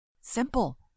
Simple